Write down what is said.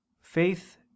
faith